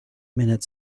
minute